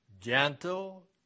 gentle